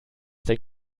denn